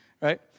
right